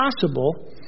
possible